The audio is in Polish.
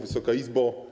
Wysoka Izbo!